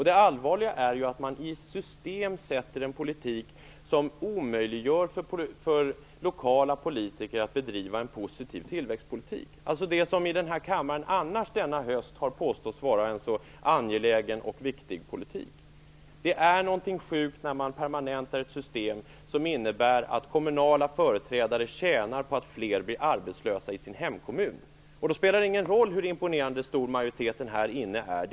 Det allvarliga är ju att man sätter i system en politik som omöjliggör för lokala politiker att bedriva en positiv tillväxtpolitik, vilken i den här kammaren annars denna höst har påståtts vara en så angelägen och viktig politik. Det är någonting sjukt när man permanentar ett system som innebär att kommunala företrädare tjänar på att fler i deras hemkommun blir arbetslösa. Då spelar det ingen roll hur imponerande stor majoriteten här inne är.